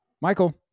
michael